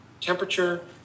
temperature